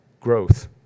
growth